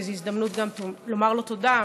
וזו הזדמנות גם לומר לו תודה,